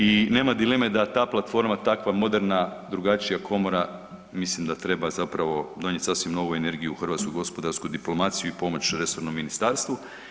I nema dileme da ta platforma takva moderna, drugačija komora mislim da treba zapravo donijet sasvim novu energiju u hrvatsku gospodarsku diplomaciju i pomoći resornom ministarstvu.